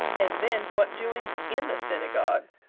and then what doings in the synagogue!